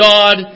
God